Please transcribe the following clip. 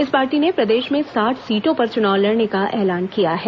इस पार्टी ने प्रदेश में साठ सीटों पर चुनाव लड़ने का ऐलान किया है